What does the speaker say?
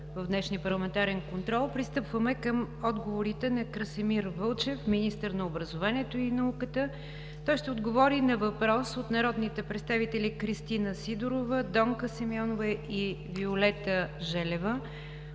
към отговорите на Красимир Вълчев – министър на образованието и науката. Той ще отговори на въпрос от народните представители Кристина Сидорова, Донка Симеонова и Виолета Желева